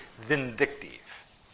vindictive